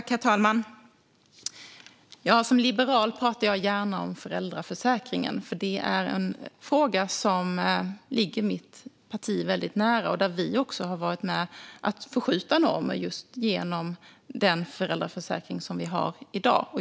Herr talman! Som liberal pratar jag gärna om föräldraförsäkringen, för det är en fråga som ligger mitt parti nära. Vi har också varit med och förskjutit normer genom den föräldraförsäkring som finns i dag.